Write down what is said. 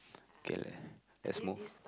kay le~ let's move